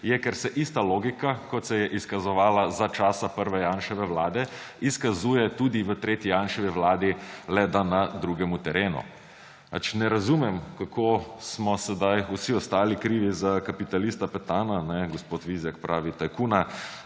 let? Ker se ista logika, kot se je izkazovala za časa prve Janševe vlade, izkazuje tudi v tretji Janševi vladi, le da na drugem terenu. Ne razumem, kako smo sedaj vsi ostali krivi za kapitalista Petana, gospod Vizjak pravi – tajkuna